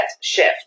shift